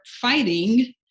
fighting